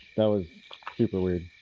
that was super weird.